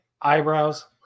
eyebrows